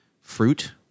fruit